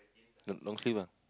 long sleeve ah